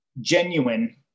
genuine